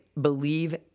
believe